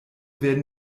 werden